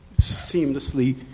seamlessly